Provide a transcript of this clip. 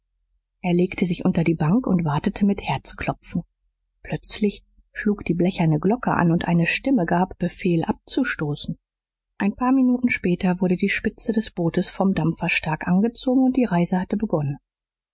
er legte sich unter die bank und wartete mit herzklopfen plötzlich schlug die blecherne glocke an und eine stimme gab befehl abzustoßen ein paar minuten später wurde die spitze des bootes vom dampfer stark angezogen und die reise hatte begonnen